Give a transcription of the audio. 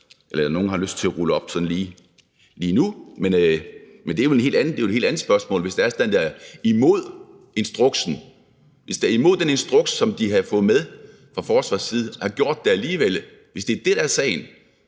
nogen sådan har lyst til at rulle op lige nu. Men det er jo et helt andet spørgsmål, hvis det er sådan, at de imod den instruks, som de havde fået med fra forsvarets side, har gjort det alligevel, altså hvis det er det, der er sagen.